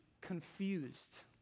confused